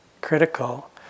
critical